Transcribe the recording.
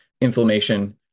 inflammation